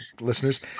listeners